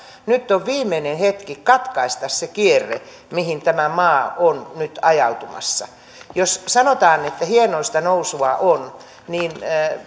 nyt on viimeinen hetki katkaista se kierre mihin tämä maa on nyt ajautumassa jos sanotaan että hienoista nousua on niin